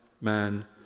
man